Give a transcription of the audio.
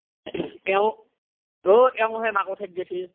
এওঁ অ' এওঁ হে মাকৰ ঠাইত গেছি